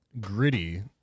Gritty